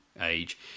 age